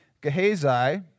Gehazi